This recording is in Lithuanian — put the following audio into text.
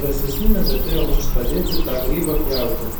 drąsesni net atėjo mums padėti tą grybą pjauti